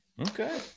Okay